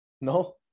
No